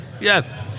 Yes